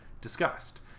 discussed